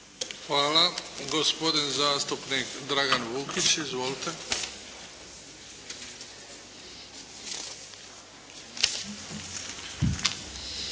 Hvala. Gospodin zastupnik Dragan Vukić. Izvolite.